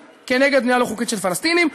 כנגד בנייה לא חוקית של הפלסטינים.